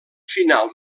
final